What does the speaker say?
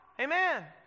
Amen